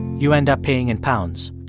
you end up paying in pounds